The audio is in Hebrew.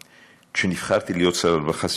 כשנבחרתי להיות שר הרווחה,